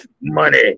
money